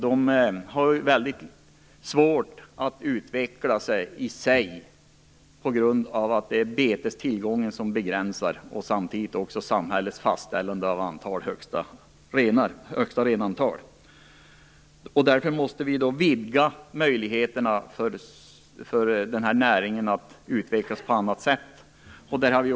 De har mycket svårt att utveckla sig på grund av att betestillgången är begränsad samtidigt som samhället har fastställt ett högsta renantal. Därför måste vi vidga möjligheterna för den här näringen att utvecklas på annat sätt.